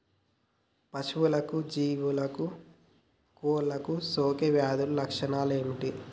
పశువులకు జీవాలకు కోళ్ళకు సోకే వ్యాధుల లక్షణాలు ఏమిటి?